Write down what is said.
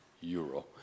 euro